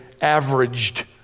averaged